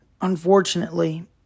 unfortunately